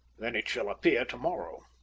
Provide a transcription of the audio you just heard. then it shall appear to-morrow.